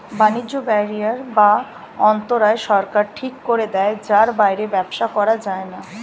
বাণিজ্য ব্যারিয়ার বা অন্তরায় সরকার ঠিক করে দেয় যার বাইরে ব্যবসা করা যায়না